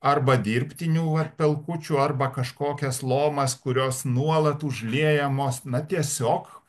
arba dirbtinių vat pelkučių arba kažkokias lomas kurios nuolat užliejamos na tiesiog